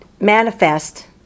manifest